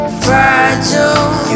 fragile